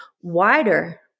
wider